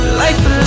life